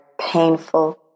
painful